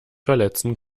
verletzen